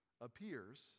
appears